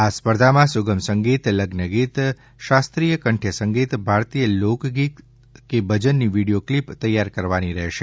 જેમાં સુગમ સંગીત લગ્નગીત શાસ્ત્રીય કંઠ્ય સંગીત ભારતીય લોકગીત કે ભજનની વિડીયો ક્લિપ તૈયાર કરવાની રહેશે